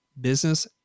business